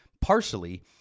partially